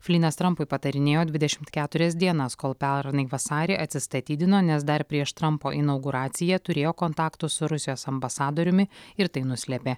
flynas trampui patarinėjo dvidešimt keturias dienas kol pernai vasarį atsistatydino nes dar prieš trampo inauguraciją turėjo kontaktų su rusijos ambasadoriumi ir tai nuslėpė